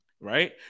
right